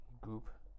Group